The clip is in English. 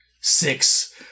six